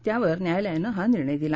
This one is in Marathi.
त्यावर न्यायालयानं हा निर्णय दिला